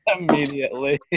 Immediately